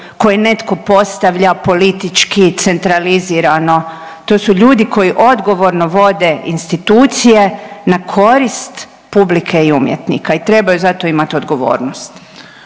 koje netko postavlja politički, centralizirano. To su ljudi koji odgovorno vode institucije na korist publike i umjetnika i trebaju za to imati odgovornost.